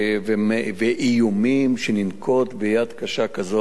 ואיומים שננקוט יד קשה כזאת או אחרת,